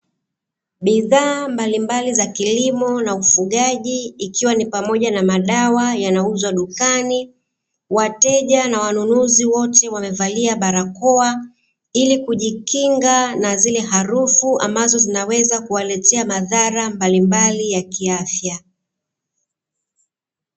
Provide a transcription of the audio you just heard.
Bidhaaa mbalimbali za kilimo na ufugaji, ikiwa ni pamoja na madawa yanayouzwa dukani. Wateja na wanunuzi wote wamevalia barakoa, ili kujikinga na zile harufu ambazo zinaweza kuwaleta madhara mbalimbali ya kiafya.